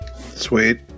Sweet